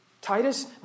Titus